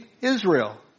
Israel